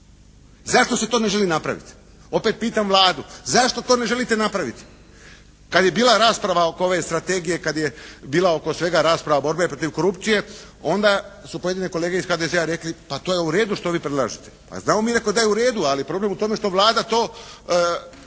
Zašto se to ne želi napraviti? Opet pitam Vladu. Zašto to ne želite napraviti? Kad je bila rasprava oko ove strategije, kada je bila oko svega rasprava, borbe protiv korupcije onda su pojedine kolege iz HDZ-a rekli pa to je u redu što vi predlažete. Pa znamo mi da je u redu, ali problem je u tome što Vlada to